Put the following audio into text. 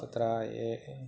तत्र ये ये